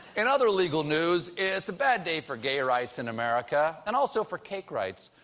in other legal news, it's a bad day for gay rights in america. and also for cake rights.